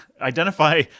Identify